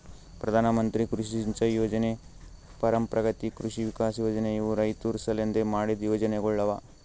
ಪ್ರಧಾನ ಮಂತ್ರಿ ಕೃಷಿ ಸಿಂಚೈ ಯೊಜನೆ, ಪರಂಪ್ರಗತಿ ಕೃಷಿ ವಿಕಾಸ್ ಯೊಜನೆ ಇವು ರೈತುರ್ ಸಲೆಂದ್ ಮಾಡಿದ್ದು ಯೊಜನೆಗೊಳ್ ಅವಾ